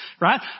Right